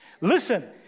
Listen